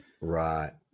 Right